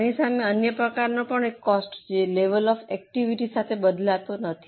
આની સામે અન્ય પ્રકારનો કોસ્ટ છે જે લેવલ ઑફ એકટીવીટી સાથે બદલાતો નથી